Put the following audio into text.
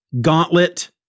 gauntlet